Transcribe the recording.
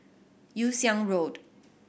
Yew Siang Road